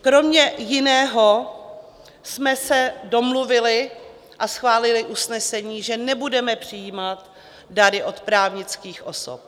Kromě jiného jsme se domluvili a schválili usnesení, že nebudeme přijímat dary od právnických osob.